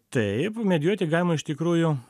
taip medijuoti galima iš tikrųjų